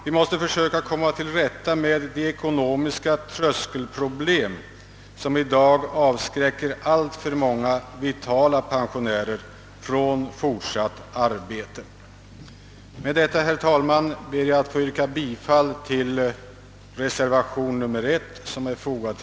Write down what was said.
Vi måste försöka komma till rätta med de ekonomiska tröskelproblem som i dag avskräcker alltför många vitala pensionärer från fortsatt arbete. Med detta ber jag, herr talman, att få yrka bifall till reservationen I.